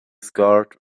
scarred